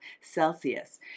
Celsius